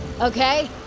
Okay